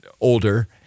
older